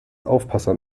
aufpasser